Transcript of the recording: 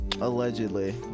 allegedly